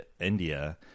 India